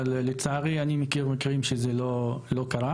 אבל לצערי אני מכיר מקרים שזה לא קרה,